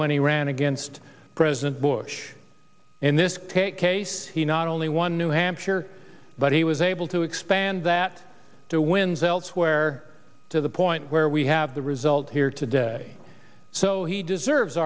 when he ran against president bush in this case he not only won new hampshire but he was able to expand that to wins elsewhere to the point where we have the result here today so he deserves